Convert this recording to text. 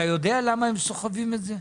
אתה יודע למה הם סוחבים את זה?